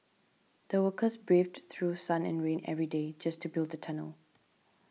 the workers braved through sun and rain every day just to build the tunnel